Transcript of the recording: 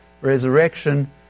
resurrection